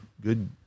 good